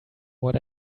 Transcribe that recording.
what